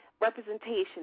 representation